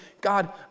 God